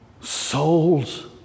souls